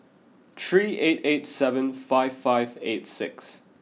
three eight eight seven five five eight six